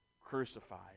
crucified